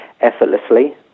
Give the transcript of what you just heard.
effortlessly